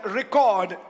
record